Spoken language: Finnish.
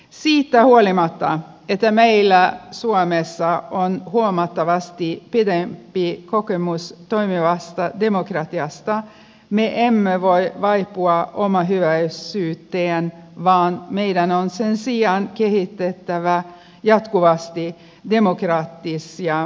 siitä huolimatta että meillä suomessa on huomattavasti pidempi kokemus toimivasta demokratiasta me emme voi vaipua omahyväisyyteen vaan meidän on sen sijaan kehitettävä jatkuvasti demokraattisia prosessejamme